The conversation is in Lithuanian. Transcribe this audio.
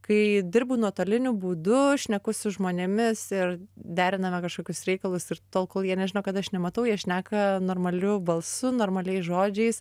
kai dirbu nuotoliniu būdu šneku su žmonėmis ir deriname kažkokius reikalus ir tol kol jie nežino kad aš nematau jie šneka normaliu balsu normaliais žodžiais